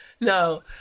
No